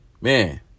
man